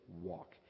walk